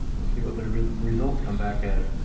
you'll see what the results come back as